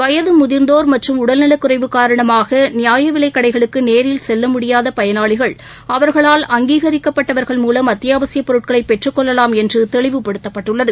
வயதுமுதிர்ந்தோர் மற்றம் உடல்நலக்குறைவு காரணமாகநியாயவிலைக்கடைகளுக்குநேரில் செல்லமுடியாதபயனாளிகள் அவர்களால் அங்கீகரிக்கப்பட்டவர்கள் மூலம் அத்தியவாசியபொருட்களைபெற்றுக் கொள்ளவாம் என்றுதெளிவுபடுத்தப்பட்டுள்ளது